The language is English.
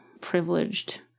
privileged